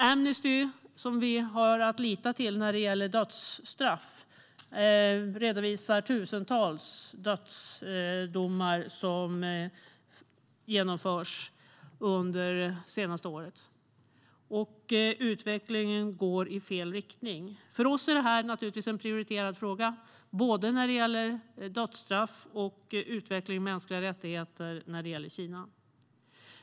Amnesty, som vi har att lita till när det gäller dödsstraff, redovisar tusentals dödsdomar under det senaste året, och utvecklingen går i fel riktning. För oss är både dödsstraff och utvecklingen av mänskliga rättigheter i Kina är en prioriterad fråga.